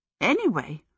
Anyway